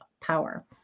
power